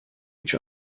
each